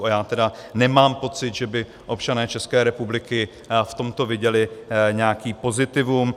A já tedy nemám pocit, že by občané České republiky v tomto viděli nějaký pozitivum.